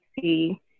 see